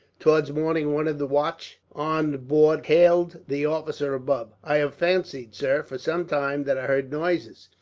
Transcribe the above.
towards morning, one of the watch on board hailed the officer above i have fancied, sir, for some time, that i heard noises.